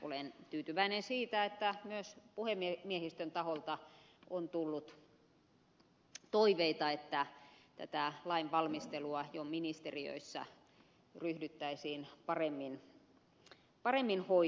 olen tyytyväinen siitä että myös puhemiehistön taholta on tullut toiveita että lain valmistelua jo ministeriöissä ryhdyttäisiin paremmin hoitamaan